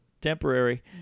temporary